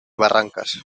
barrancas